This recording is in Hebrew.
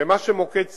ומה שמוקד סיכון,